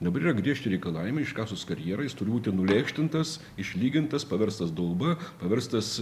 dabar yra griežti reikalavimai iškasus karjerą jis turi būtinų nulėkštintas išlygintas paverstas dauba paverstas